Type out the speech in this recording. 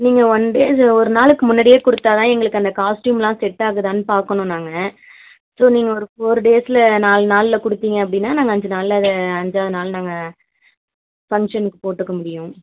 நீங்கள் one day ஒரு நாளுக்கு முன்னடியே கொடுத்தா தான் எங்களுக்கு அந்த காஸ்ட்யூம்லாம் செட் ஆகுதான்னு பாக்கணும் நாங்கள் ஸோ நீங்கள் ஒரு ஃபோரு டேஸில் நால் நாளில் கொடுத்தீங்க அப்படின்னா நாங்கள் அஞ்சு நாளில் அதை அஞ்சாவது நாள் நாங்கள் ஃபங்ஷனுக்கு போட்டுக்க முடியும்